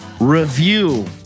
Review